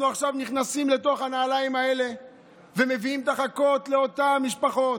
אנחנו עכשיו נכנסים לתוך הנעליים האלה ומביאים את החכות לאותן משפחות,